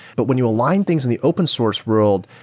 but when you align things in the open source world,